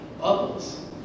Bubbles